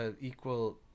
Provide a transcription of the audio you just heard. Equal